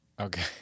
Okay